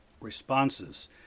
responses